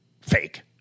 fake